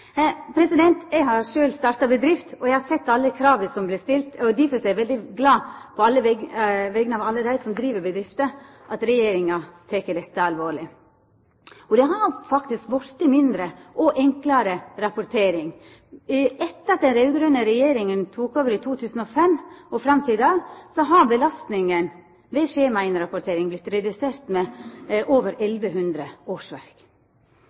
Eg har sjølv starta bedrift, og eg har sett alle krava som vert stilte. Difor er eg veldig glad på vegner av alle dei som driv bedrifter, for at Regjeringa tek dette alvorleg. Det har faktisk vorte mindre og enklare rapportering. Etter at den raud-grøne regjeringa tok over i 2005, og fram til i dag har belastninga ved skjemainnrapportering vorte redusert med over 1 100 årsverk.